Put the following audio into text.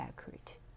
accurate